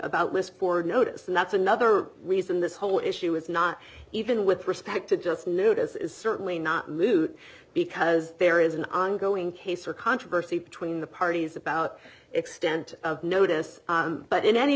or notice and that's another reason this whole issue is not even with respect to just knew this is certainly not moot because there is an ongoing case or controversy between the parties about extent of notice but in any